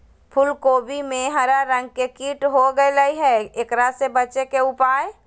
फूल कोबी में हरा रंग के कीट हो गेलै हैं, एकरा से बचे के उपाय?